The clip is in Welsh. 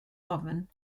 ofn